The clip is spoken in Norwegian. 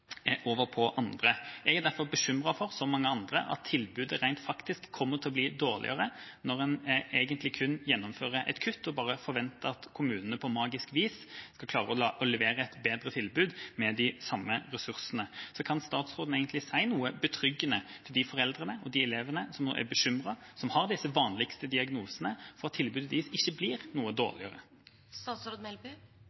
som mange andre, er derfor bekymret for at tilbudet rent faktisk kommer til å bli dårligere når en egentlig kun gjennomfører et kutt og bare forventer at kommunene på magisk vis skal klare å levere et bedre tilbud med de samme ressursene. Kan statsråden si noe betryggende til foreldre og de elevene som har disse vanligste diagnosene, som nå er bekymret for at tilbudet deres blir dårligere? Jeg er helt trygg på at